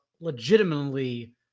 legitimately